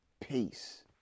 Peace